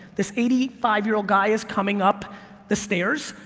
this eighty five year old guy is coming up the stairs,